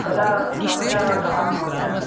कदा समयः कः महोदय